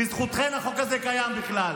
בזכותכן החוק הזה קיים בכלל.